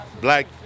black